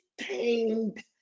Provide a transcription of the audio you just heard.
tamed